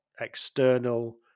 external